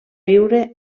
viure